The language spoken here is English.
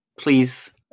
please